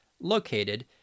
located